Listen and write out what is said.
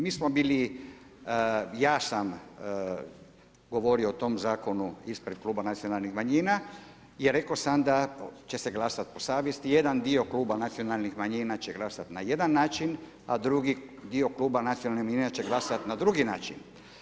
Mi smo bili, ja sam govorio o tom zakonu ispred Kluba nacionalnih manjina i rekao sam da će se glasati po savjesti, jedan dio kluba nacionalnih manjina će glasati na jedan način a drugi dio kluba nacionalnih manjina će glasati na drugi način.